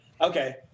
Okay